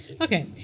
Okay